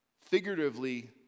Figuratively